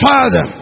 Father